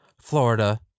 Florida